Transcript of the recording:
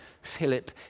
Philip